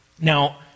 Now